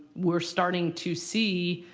we're starting to see